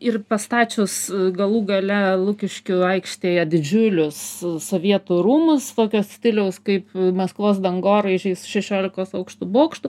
ir pastačius galų gale lukiškių aikštėje didžiulius sovietų rūmus tokio stiliaus kaip maskvos dangoraižiais šešiolikos aukštų bokštu